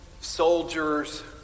soldiers